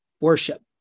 worship